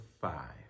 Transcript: five